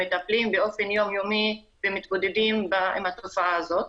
המטפלים באופן יום-יומי מתמודדים עם התופעה הזאת.